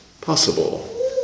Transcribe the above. possible